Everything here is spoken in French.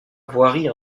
voirie